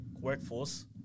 workforce